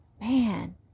man